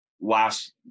last